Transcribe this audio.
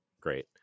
great